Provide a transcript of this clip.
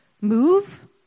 move